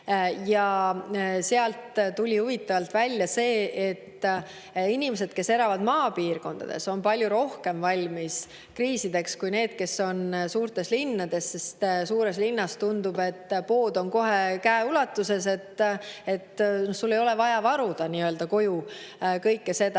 Neist tuli huvitavalt välja see, et inimesed, kes elavad maapiirkondades, on palju rohkem kriisideks valmis kui need, kes on suurtes linnades, sest suures linnas tundub, et pood on kohe käeulatuses – kõike ei ole vaja koju varuda.